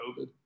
COVID